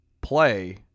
play